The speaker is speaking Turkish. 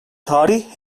tarih